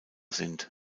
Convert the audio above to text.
sind